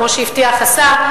כמו שהבטיח השר,